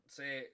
say